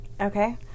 Okay